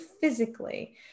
physically